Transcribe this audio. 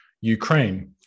Ukraine